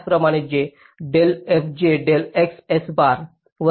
त्याचप्रमाणे जे डेल fj डेल x s बार वर येईल